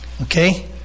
Okay